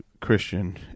Christian